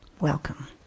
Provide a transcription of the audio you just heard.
welcome